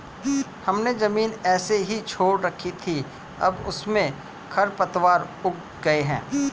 हमने ज़मीन ऐसे ही छोड़ रखी थी, अब उसमें खरपतवार उग गए हैं